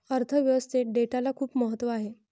अर्थ व्यवस्थेत डेटाला खूप महत्त्व आहे